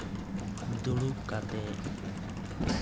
ᱫᱩᱲᱩᱵ ᱠᱟᱛᱮ